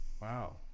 Wow